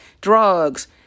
drugs